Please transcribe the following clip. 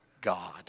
God